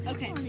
Okay